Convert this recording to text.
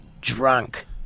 drunk